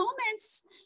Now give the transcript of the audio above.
moments